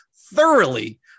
thoroughly